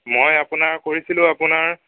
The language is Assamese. মই আপোনাৰ কৰিছিলোঁ আপোনাৰ